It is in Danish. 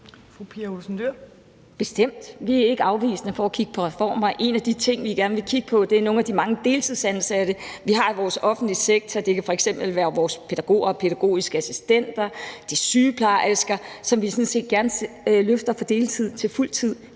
bestemt. Vi er ikke afvisende over for at kigge på reformer, og en af de ting, vi gerne vil kigge på, er nogle af de mange deltidsansatte, vi har i vores offentlige sektor – det kan f.eks. være pædagoger, pædagogiske assistenter og sygeplejersker – som vi sådan set gerne løfter fra deltid til fuldtid.